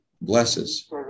blesses